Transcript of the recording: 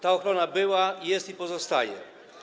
Ta ochrona była, jest i pozostaje.